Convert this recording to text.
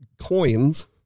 coins